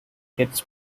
gets